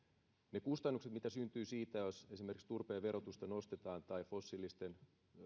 ne kustannukset mitä syntyy siitä jos esimerkiksi turpeen verotusta nostetaan tai fossiilisten